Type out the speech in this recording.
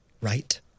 Right